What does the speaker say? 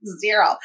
Zero